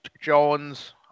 Jones